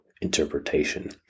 interpretation